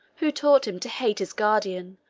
who taught him to hate his guardian,